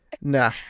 Nah